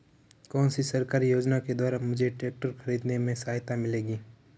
कौनसी सरकारी योजना के द्वारा मुझे ट्रैक्टर खरीदने में सहायता मिलेगी?